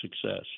success